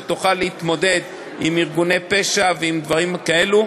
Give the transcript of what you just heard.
שתוכל להתמודד עם ארגוני פשע ועם דברים כאלה.